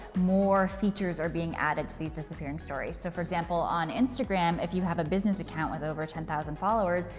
more features are being added to these disappearing stories. so, for example, on instagram if you have a business account with over ten k followers,